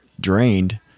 drained